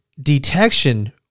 detection